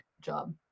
job